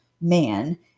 man